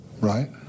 Right